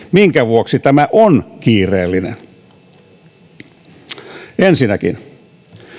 minkä vuoksi tämä on kiireellinen enkä näitä muita lakeja ensinnäkin